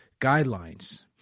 guidelines